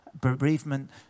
bereavement